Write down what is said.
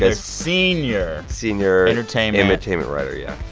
ah senior. senior. entertainment. entertainment writer, yeah.